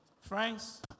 Friends